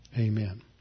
Amen